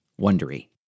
Wondery